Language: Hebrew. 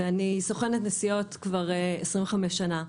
סוכנת נסיעות כבר 25 שנים.